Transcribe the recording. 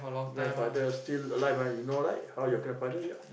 grandfather still alive ah you know right how your grandfather ya